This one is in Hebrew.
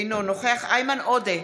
אינו נוכח איימן עודה,